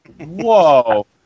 Whoa